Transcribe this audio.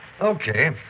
Okay